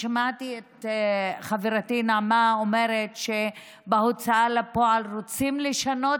שמעתי את חברתי נעמה אומרת שבהוצאה לפועל רוצים לשנות